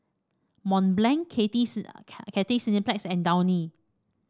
Mont Blanc Cathay Cineplex and Downy